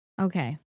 Okay